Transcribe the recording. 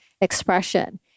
expression